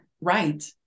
right